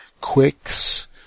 Quicks